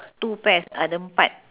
two pairs ada empat